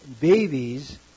babies